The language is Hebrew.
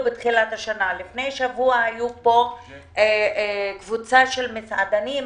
לפני שבוע היתה פה קבוצה של מסעדנים.